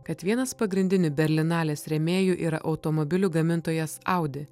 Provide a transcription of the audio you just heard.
kad vienas pagrindinių berlinalės rėmėjų yra automobilių gamintojas audi